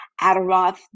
Adaroth